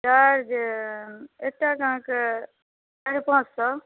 charge एतऽ तऽ अहाँकेँ साढ़े पाँच सए